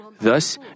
Thus